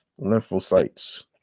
lymphocytes